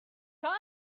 come